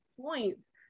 points